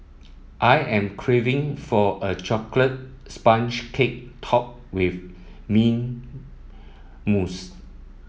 I am craving for a chocolate sponge cake topped with mint mousse